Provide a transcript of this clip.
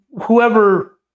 whoever